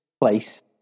place